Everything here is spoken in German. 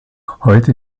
heute